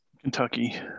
Kentucky